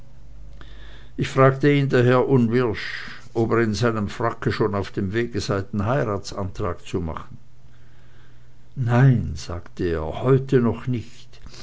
ich fragte ihn daher unwirsch ob er in seinem fracke schon auf dem weg sei den heiratsantrag zu machen nein sagte er heute noch nicht